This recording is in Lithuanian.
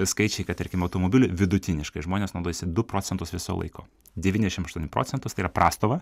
skaičiai kad tarkim automobiliu vidutiniškai žmonės naudojasi du procentus viso laiko devyniasdešim aštuoni procentus tai yra prastova